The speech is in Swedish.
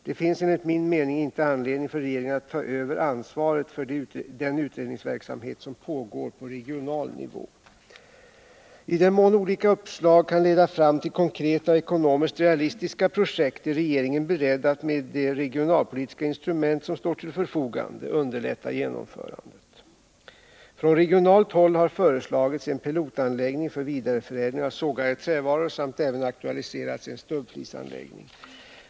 Det finns enligt min mening inte anledning för regeringen att ta över ansvaret för den utredningsverksamhet som pågår på regional nivå. I den mån olika uppslag kan leda fram till konkreta och ekonomiskt realistiska projekt är regeringen beredd att med de regionalpolitiska instrument som står till förfogande underlätta genomförandet. Från regionalt håll har föreslagits en pilotanläggning för vidareförädling av sågade trävaror samt även aktualiserats en stubbflisanläggning.